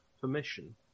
permission